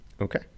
okay